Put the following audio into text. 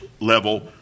level